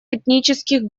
этнических